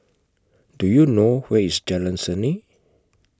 Do YOU know Where IS Jalan Seni